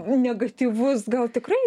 negatyvus gal tikrai